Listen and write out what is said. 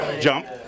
jump